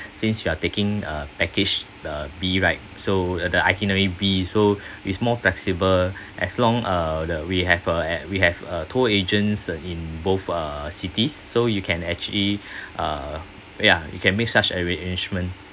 since you are taking uh package the B right so the itinerary B so it's more flexible as long uh the we have a we have a tour agents in both uh cities so you can actually uh ya you can make such arrangement